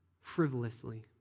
frivolously